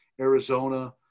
Arizona